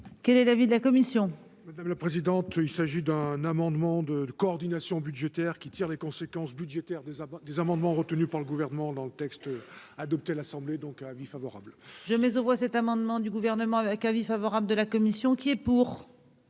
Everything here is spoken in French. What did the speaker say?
quel est l'avis de la commission. Madame la présidente, il s'agit d'un amendement de coordination budgétaire qui tire les conséquences budgétaires des des amendements retenus par le gouvernement dans le texte adopté à l'Assemblée, donc un avis favorable. Je mets aux voix cet amendement du gouvernement avec avis favorable de la commission qui est pour,